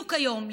בדיוק היום,